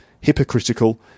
hypocritical